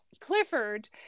Clifford